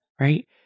right